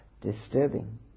disturbing